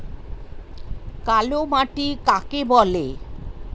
কালো মাটি কাকে বলে?